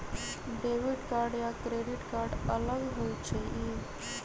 Debit card या credit card अलग होईछ ई?